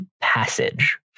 passage